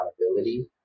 accountability